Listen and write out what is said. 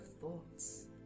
thoughts